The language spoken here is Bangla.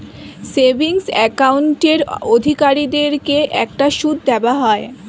সেভিংস অ্যাকাউন্টের অধিকারীদেরকে একটা সুদ দেওয়া হয়